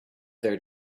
their